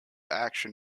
action